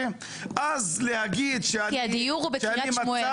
אז להגיד ש --- כי הדיור הוא בקרית שמואל,